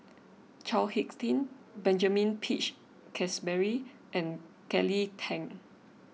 Chao Hick Tin Benjamin Peach Keasberry and Kelly Tang